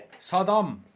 Saddam